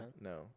no